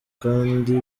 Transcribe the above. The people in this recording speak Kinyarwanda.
kandi